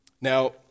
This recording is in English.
Now